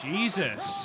Jesus